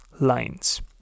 lines